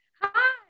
hi